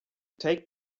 take